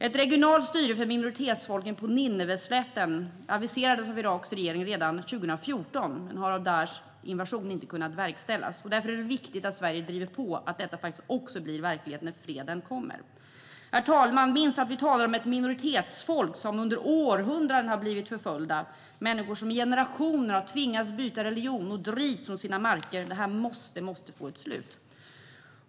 Ett regionalt styre för minoritetsfolken på Nineveslätten aviserades av Iraks regering redan 2014 men har på grund av Daishs invasion inte kunnat verkställas. Därför är det viktigt att Sverige driver på att detta faktiskt också blir verklighet när freden kommer. Herr talman! Minns att vi talar om ett minoritetsfolk som under århundranden har blivit förföljt. Det handlar om människor som i generationer har tvingats byta religion och drivits från sina marker. Det måste få ett slut.